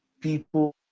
people